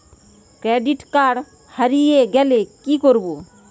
Credit card হারিয়ে গেলে কি করব?